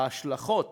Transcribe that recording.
ההשלכות